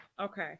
Okay